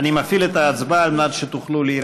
מיקי לוי ונחמן שי,